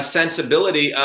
sensibility